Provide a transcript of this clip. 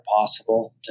possible